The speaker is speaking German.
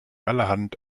allerhand